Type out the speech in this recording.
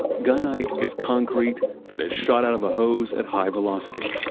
gunite is concrete that is shot out of a hose at high velocity.